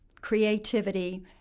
creativity